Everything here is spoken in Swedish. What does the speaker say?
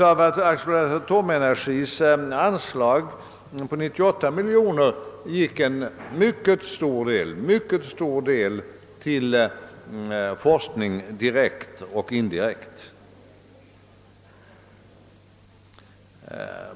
Av AB Atomenergis anslag på 98 miljoner kronor gick en mycket stor del till forskning, direkt och indirekt.